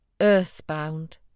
Earthbound